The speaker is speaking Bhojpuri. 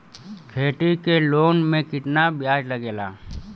खेती के लोन में कितना ब्याज लगेला?